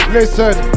Listen